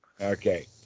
Okay